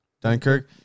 Dunkirk